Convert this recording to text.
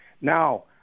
Now